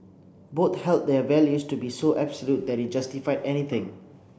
both held their values to be so absolute that it justified anything